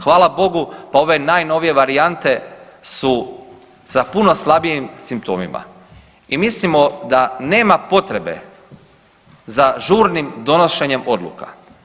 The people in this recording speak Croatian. Hvala Bogu pa ove najnovije varijante su sa puno slabijim simptomima i mislimo da nema potrebe za žurnim donošenjem odluka.